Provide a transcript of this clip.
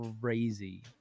crazy